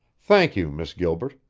thank you, miss gilbert.